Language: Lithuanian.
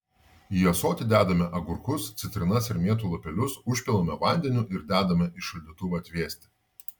į ąsoti dedame agurkus citrinas ir mėtų lapelius užpilame vandeniu ir dedame į šaldytuvą atvėsti